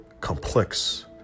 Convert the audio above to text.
complex